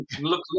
look